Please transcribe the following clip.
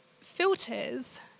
filters